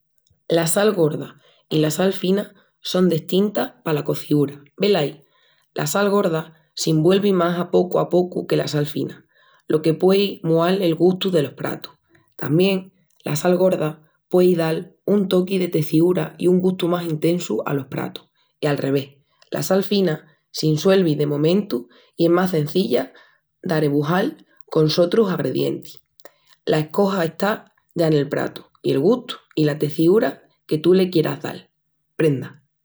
La sal gorda i la sal fina son destintas pala cociúra, velaí! La sal gorda s'insuelvi más a pocu a pocu que la sal fina, lo que puei mual el gustu delos pratus. Tamién, la sal gorda puei dal un toqui de teciúra i un gustu más intesu alos pratus. I a revés, la sal fina s'insuelvi de momentu i es más cenzilla d'are rebujal con sotrus agredientis. La escoja está ya nel pratu i el gustu i la teciúra que tu le quieras dal, prenda!